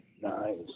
Nice